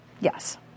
Yes